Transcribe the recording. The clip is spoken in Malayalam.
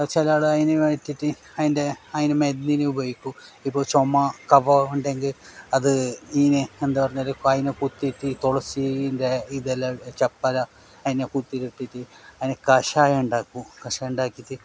ചില ആളുകൾ അതിനു വേണ്ടിയിട്ട് അതിന്റെ അതിനെ മരുന്നിന് ഉപയോഗിക്കും ഇപ്പോൾ ചുമ കഫം ഉണ്ടെങ്കിൽ അത് ഇങ്ങനെ എന്താ പറഞ്ഞാൽ ഇപ്പം അതിനെ കുത്തിയിട്ട് തുളസീന്റെ ഇതെല്ലാം ചപ്പല അതിനെ കുത്തിയിട്ടിട്ട് അതിനു കഷായം ഉണ്ടാക്കും കഷായം ഉണ്ടാക്കിയിട്ട്